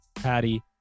Patty